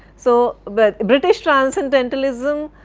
so but british transcendentalism